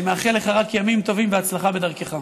אני מאחל לך רק ימים טובים והצלחה בדרכך.